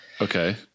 Okay